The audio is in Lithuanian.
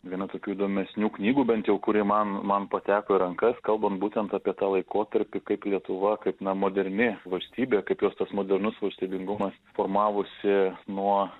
viena tokių įdomesnių knygų bent jau kuri man man pateko į rankas kalbam būtent apie tą laikotarpį kaip lietuva kaip na moderni valstybė kaip jos tas modernus valstybingumas formavosi nuo